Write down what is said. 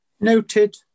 noted